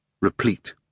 replete